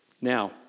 Now